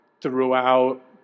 throughout